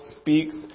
speaks